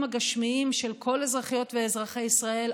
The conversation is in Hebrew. הגשמיים של כל אזרחיות ואזרחי ישראל,